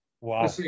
Wow